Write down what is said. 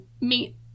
meet